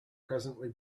presently